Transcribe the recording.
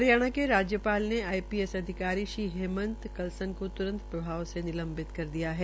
हरियाणा के राज्यपाल ने आईपीएस अधिकारी श्री हेमन्त कलसन को त्रंत प्रभाव से निलंवित कर दिया है